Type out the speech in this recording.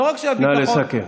נא לסכם.